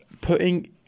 putting